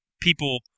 people